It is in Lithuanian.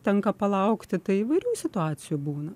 tenka palaukti tai įvairių situacijų būna